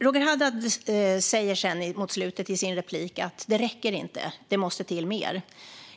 I slutet av sitt inlägg säger Roger Haddad: Det räcker inte. Det måste till mer.